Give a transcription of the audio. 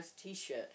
T-shirt